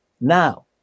Now